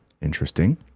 Interesting